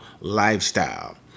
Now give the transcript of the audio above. lifestyle